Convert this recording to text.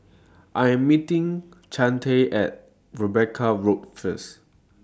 I Am meeting Chantel At Rebecca Road First